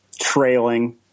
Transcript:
trailing